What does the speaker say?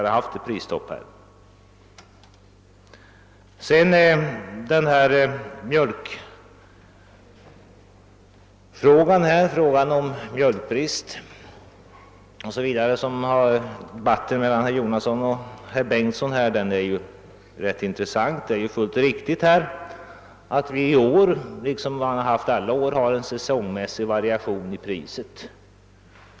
Debatten mellan herr Jonasson och statsrådet Bengtsson beträffande mjölkbristen var rätt intressant. Det är riktigt att vi i år liksom alla år har en säsongmässig variation i mjölkpriset.